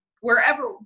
wherever